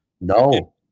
No